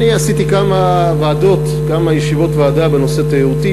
עשיתי כמה ישיבות ועדה בנושא התיירות,